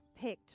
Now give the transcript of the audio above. picked